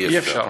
אי-אפשר.